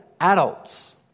adults